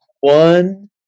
One